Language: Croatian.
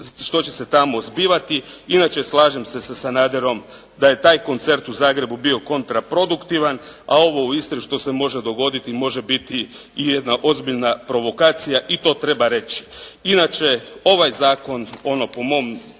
što će se tamo zbivati. Inače slažem se sa Sanaderom da je taj koncert u Zagrebu bio kontraproduktivan, a ovo u Istri što se može dogoditi može biti i jedna ozbiljna provokacija i to treba reći. Inače ovaj zakon ono po mom